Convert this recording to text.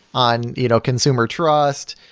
on you know consumer trust,